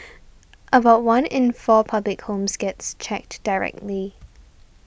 about one in four public homes gets checked directly